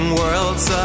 worlds